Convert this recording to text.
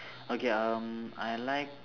okay um I like